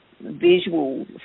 visual